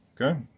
okay